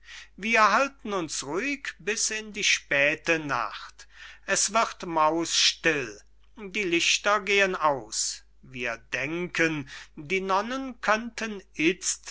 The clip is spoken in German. wir halten uns ruhig bis in die späte nacht es wird mausstill die lichter gehen aus wir denken die nonnen könnten itzt